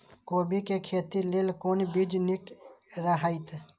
कोबी के खेती लेल कोन बीज निक रहैत?